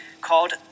called